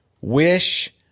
wish